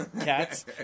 Cats